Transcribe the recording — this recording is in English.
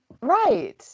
Right